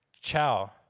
Ciao